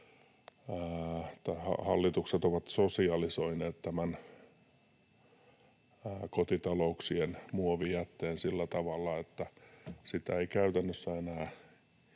hallitukset ovat sosialisoineet kotitalouksien muovijätteen sillä tavalla, että sitä ei käytännössä enää